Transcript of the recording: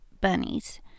bunnies